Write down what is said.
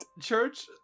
Church